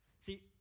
See